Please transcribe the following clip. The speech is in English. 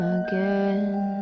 again